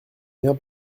bien